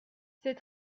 ces